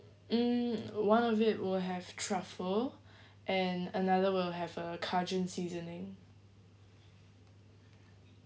mm one of it will have truffle and another will have a cajun seasoning